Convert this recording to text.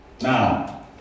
Now